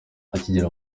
akigera